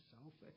selfish